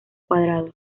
cuadrado